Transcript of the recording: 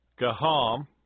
Gaham